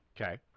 Okay